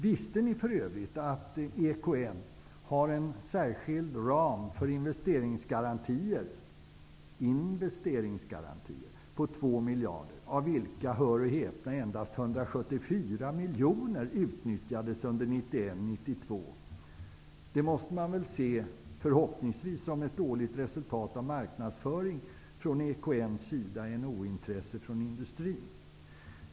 Visste ni för övrigt att EKN har en särskild ram för investeringsgarantier på 2 miljarder kronor, av vilka -- hör och häpna -- endast 174 miljoner kronor utnyttjades under 1991/92? Det här får man väl, förhoppningsvis, se som ett dåligt resultat av marknadsföring från EKN:s sida snarare än ointresse från industrin.